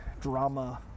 drama